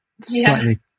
slightly